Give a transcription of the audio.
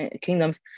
kingdoms